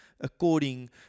according